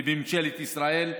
בממשלת ישראל,